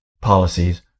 policies